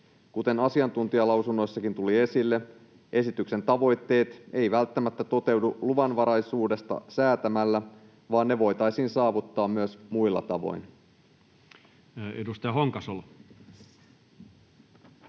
Kuten asiantuntijalausunnoissakin tuli esille, esityksen tavoitteet eivät välttämättä toteudu luvanvaraisuudesta säätämällä, vaan ne voitaisiin saavuttaa myös muilla tavoin. [Speech 146]